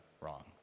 wrong